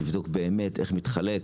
לבדוק באמת איך מתחלק,